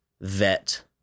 vet